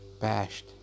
bashed